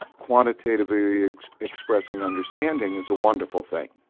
quantitatively ah expressing understanding is a wonderful thing.